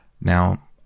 Now